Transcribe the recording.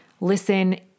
listen